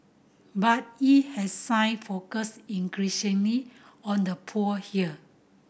but it has sign focused increasingly on the poor here